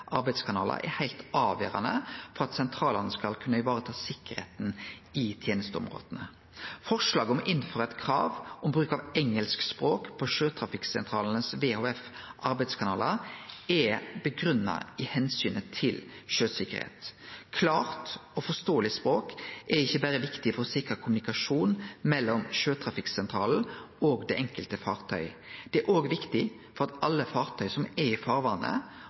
er heilt avgjerande for at sjøtrafikksentralane skal kunne vareta sikkerheita i tenesteområda. Forslaget om å innføre eit krav om bruk av engelsk språk på VHF-arbeidskanalane til sjøtrafikksentralane er grunngitt i omsynet til sjøsikkerheit. Klart og forståeleg språk er viktig ikkje berre for sikker kommunikasjon mellom sjøtrafikksentralen og det enkelte fartøy, det er òg viktig for at alle fartøy som er i